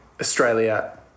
Australia